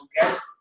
guest